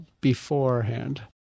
beforehand